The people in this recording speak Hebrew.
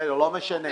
על אופנועים וקטנועים.